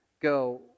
go